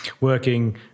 working